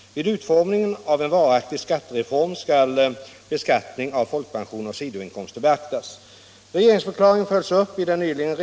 Vid utformningen av en varaktig skattereform skall beskattning av folkpension och sidoinkomster beaktas.